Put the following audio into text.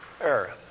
Earth